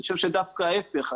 אני חושב שדווקא ההפך,